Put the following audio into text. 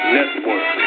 Network